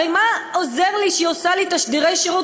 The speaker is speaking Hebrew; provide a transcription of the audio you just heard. הרי מה עוזר לי שהיא עושה לי תשדירי שירות,